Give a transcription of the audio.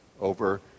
over